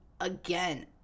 again